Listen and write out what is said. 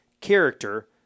character